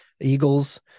eagles